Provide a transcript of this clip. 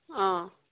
অঁ